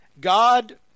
God